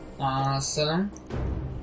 Awesome